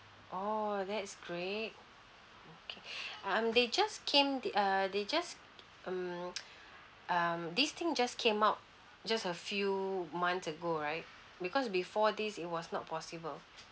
orh that's great okay um they just came the err they just mm um this thing just came out just a few months ago right because before this it was not possible